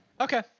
Okay